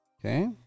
Okay